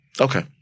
Okay